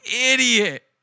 idiot